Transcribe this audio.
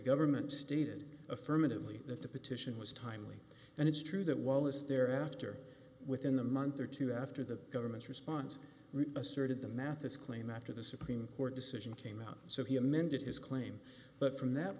government stated affirmatively that the petition was timely and it's true that wallace thereafter within a month or two after the government's response asserted the mathis claim after the supreme court decision came out so he amended his claim but from that